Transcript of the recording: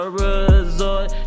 resort